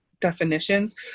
definitions